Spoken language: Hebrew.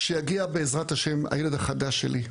כשיגיע בעזרת השם, הילד החדש שלי,